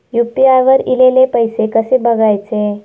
UPI वर ईलेले पैसे कसे बघायचे?